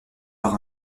par